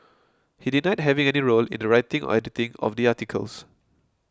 he denied having any role in the writing or editing of the articles